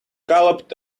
galloped